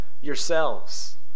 yourselves